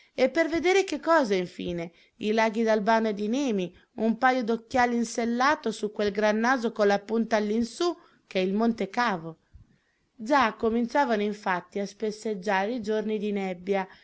e per vedere che cosa infine i laghi d'albano e di nemi un paio d'occhiali insellato su quel gran naso con la punta all'insù ch'è il monte cave già cominciavano infatti a spesseggiare i giorni di nebbia